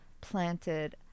planted